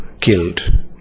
killed